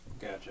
gotcha